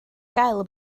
gael